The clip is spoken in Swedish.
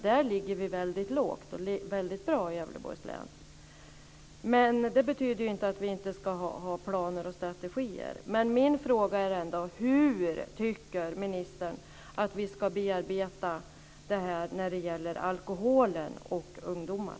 Där ligger vi väldigt lågt och bra i Gävleborgs län. Men det betyder inte att vi inte ska ha planer och strategier. Min fråga är ändå hur ministern tycker att vi ska bearbeta frågan om alkohol och ungdomar.